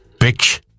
bitch